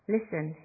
Listen